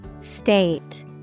State